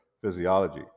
physiology